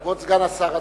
כבוד סגן השר,